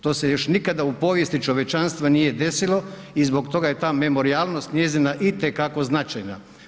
To se još nikada u povijesti čovječanstva nije desilo i zbog toga je ta memorijalnost njezina i te kako značajna.